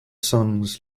songs